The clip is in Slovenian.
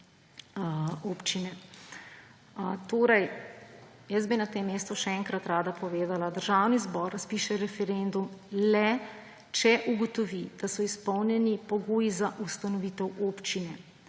občine. Jaz bi na tem mestu še enkrat rada povedala, da Državni zbor razpiše referendum le, če ugotovi, da so izpolnjeni pogoji za ustanovitev občine,